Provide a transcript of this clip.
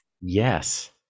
Yes